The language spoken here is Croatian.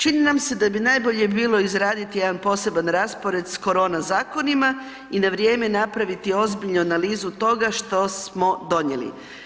Čini nam se da bi najbolje bilo izraditi jedan poseban raspored s korona zakonima i na vrijeme napraviti ozbiljnu analizu toga što smo donijeli.